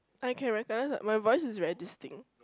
I can recognize my voice is very distinct